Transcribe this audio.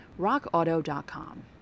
rockauto.com